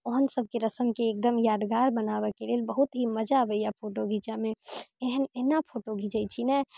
ओहन सबके रस्मके एकदम यादगार बनाबैके लेल बहुत ही मजा अबैय फोटो घीचऽमे एहन एना फोटो घीचै छी ने